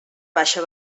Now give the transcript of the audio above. baixa